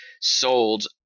sold